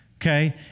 Okay